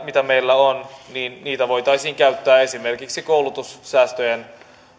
mitä meillä on voitaisiin käyttää esimerkiksi koulutussäästöjen